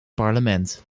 parlement